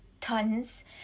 tons